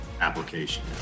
application